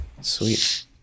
Sweet